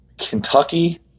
Kentucky